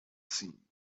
seen